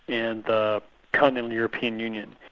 and the continental european union.